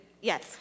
Yes